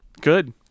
Good